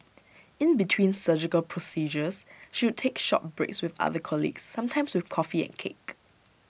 in between surgical procedures she would take short breaks with other colleagues sometimes with coffee and cake